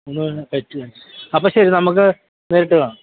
ഒന്നുടെ ഒന്ന് ടൈറ്റിത് കാണിക്ക് അപ്പോള് ശരി നമ്മള്ക്ക് നേരിട്ട് കാണാം